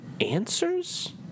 answers